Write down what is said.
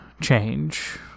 change